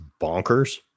bonkers